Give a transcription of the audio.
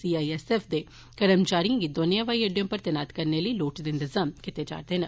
C I S F दे कर्मचारियें गी दौनें हवाई अड्डे उप्पर तैनात करने लेई लोड़चदे इंतजाम कीते जारदे न